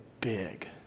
big